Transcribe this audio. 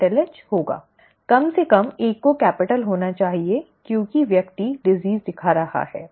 कम से कम एक को कैपिटल होना चाहिए क्योंकि व्यक्ति बीमारी दिखा रहा है